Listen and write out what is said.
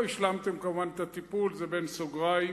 לא השלמתם, כמובן, את הטיפול, זה בין סוגריים,